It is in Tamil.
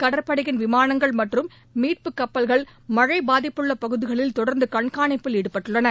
கடற்படையின் விமானங்கள் மற்றும் மீட்பு கப்பல்கள் மழை பாதிப்புள்ள பகுதிகளில் தொடர்ந்து கண்காணிப்பில் ஈடுபட்டுள்ளன